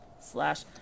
slash